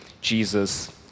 Jesus